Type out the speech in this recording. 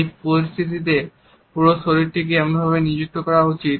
এই পরিস্থিতিতে পুরো শরীরকে এমনভাবে নিযুক্ত করা উচিত